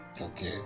okay